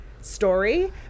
story